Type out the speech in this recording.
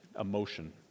emotion